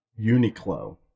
Uniqlo